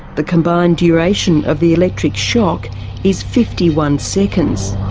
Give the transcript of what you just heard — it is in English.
the combined duration of the electric shock is fifty one seconds.